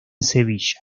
sevilla